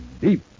deep